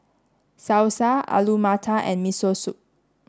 Salsa Alu Matar and Miso Soup